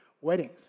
weddings